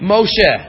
Moshe